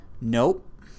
Nope